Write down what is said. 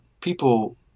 people